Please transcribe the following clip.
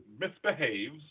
misbehaves